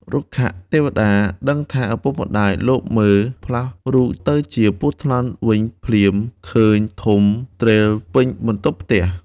រុក្ខទេវតាដឹងថាឪពុកម្ដាយលបមើលផ្លាស់រូបទៅជាពស់ថ្លាន់វិញភ្លាម ឃើញធំទ្រេលពេញបន្ទប់ផ្ទះ ។